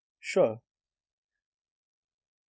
sure